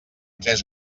tres